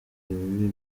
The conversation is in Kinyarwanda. ibibi